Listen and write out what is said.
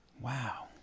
Wow